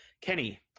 Kenny